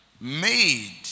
made